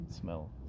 smell